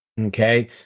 okay